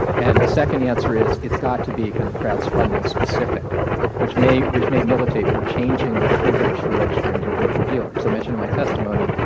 and the second answer, it's it's got to be kind of crowdfunding specific which may which may militate for changing the triggers for registerings of broker dealers. as i mentioned in my testimony,